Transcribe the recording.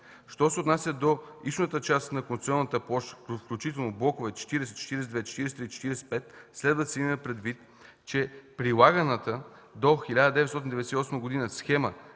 Що се отнася до източната част на концесионната площ включително блокове 40, 42, 43 и 45 следва да се има предвид, че прилаганата до 1998 г. схема